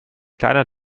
kleiner